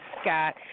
Scott